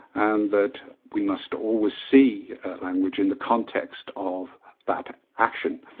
and that we must always see language in the context of that action.